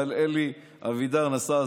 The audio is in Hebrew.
אבל אלי אבידר נסע.